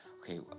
okay